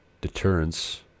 deterrence